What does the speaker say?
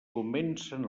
comencen